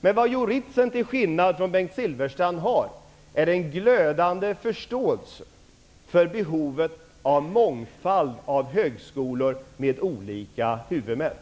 Men vad Jo Ritzen, till skillnad från Bengt Silfverstrand, har är en glödande förståelse för behovet av en mångfald av högskolor med olika huvudmän.